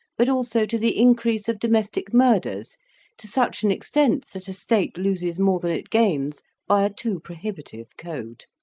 but also to the increase of domestic murders to such an extent that a state loses more than it gains by a too prohibitive code.